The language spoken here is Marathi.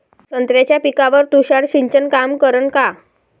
संत्र्याच्या पिकावर तुषार सिंचन काम करन का?